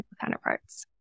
counterparts